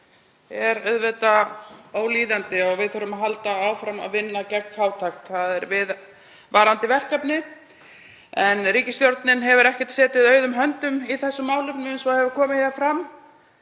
er ólíðandi og við þurfum að halda áfram að vinna gegn fátækt, það er viðvarandi verkefni. Ríkisstjórnin hefur ekki setið auðum höndum í þessum málum eins og hefur komið hér fram.